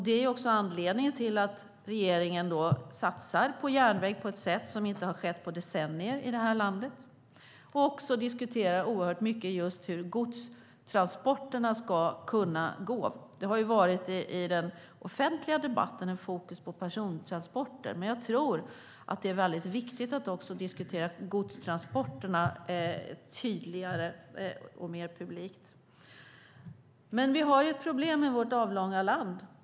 Det är också anledningen till att regeringen satsar på järnväg på ett sätt som inte har skett på decennier i det här landet. Vi diskuterar också oerhört mycket hur godstransporterna ska kunna gå. I den offentliga debatten har det varit fokus på persontransporter. Men jag tror att det är viktigt att också diskutera godstransporterna tydligare och mer publikt. Men vi har ett problem i vårt avlånga land.